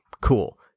Cool